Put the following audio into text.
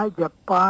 Japan